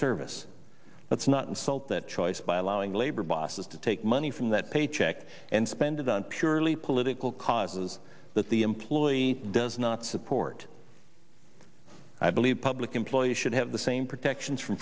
service let's not insult that choice by allowing labor bosses to take money from that paycheck and spend it on purely political causes that the employee does not support i believe public employees should have the same protections from